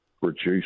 reduce